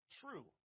True